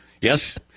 Yes